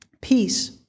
Peace